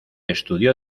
estudió